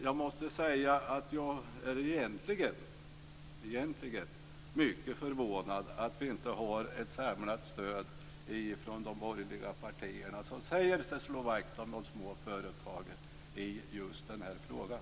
Jag måste säga att jag egentligen är mycket förvånad över att vi inte har ett samlat stöd från de borgerliga partierna, som säger sig slå vakt om de små företagen i just den frågan.